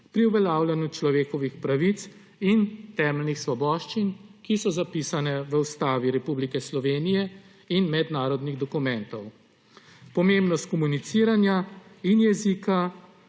pri uveljavljanju človekovih pravic in temeljnih svoboščin, ki so zapisane v Ustavi Republike Slovenije in mednarodnih dokumentov. Pomembnost komuniciranja in jezika